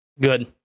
good